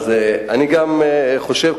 אז אני גם חושב,